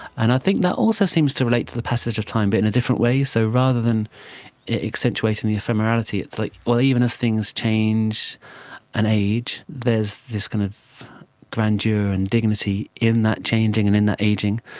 and i think that also seems to relate to the passage of time but in a different way. so rather than accentuate in the ephemerality, it's like, well, even as things change and age, there is this kind of grandeur and dignity in that changing and in that ageing.